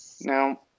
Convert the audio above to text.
Now